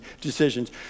decisions